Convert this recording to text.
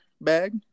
bag